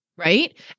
Right